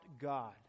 God